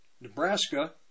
Nebraska